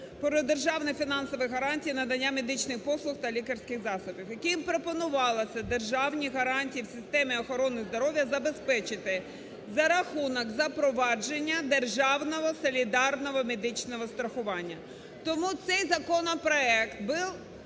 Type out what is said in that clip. про державні фінансові гарантії надання медичних послуг та лікарських засобів, яким пропонувалося державні гарантії в системі охорони здоров'я забезпечити за рахунок запровадження державного солідарного медичного страхування. Тому цей законопроект був